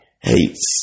hates